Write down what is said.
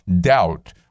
doubt